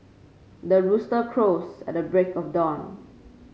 the rooster crows at the break of dawn